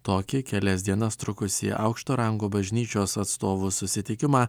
tokį kelias dienas trukusį aukšto rango bažnyčios atstovų susitikimą